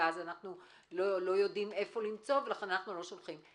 ואז אנחנו לא יודעים איפה למצוא ולכן אנחנו לא שולחים.